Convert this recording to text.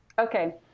Okay